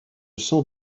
sans